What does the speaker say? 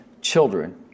children